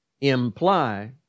imply